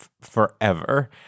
forever